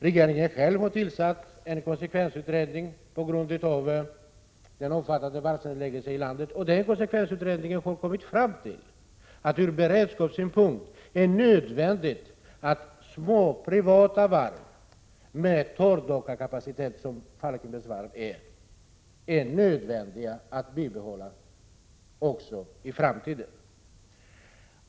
Regeringen har själv tillsatt en konsekvensutredning på grund av den omfattande varvsnedläggelsen i landet, och den konsekvensutredningen har kommit fram till att det från beredskapssynpunkt är nödvändigt att små, privata varv med torrdockakapacitet, som Falkenbergs Varv är, är nödvändiga att bibehålla också i framtiden.